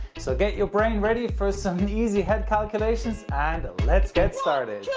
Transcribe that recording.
so get your brain ready for some easy head calculations and let's get started!